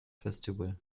festival